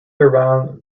around